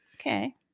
Okay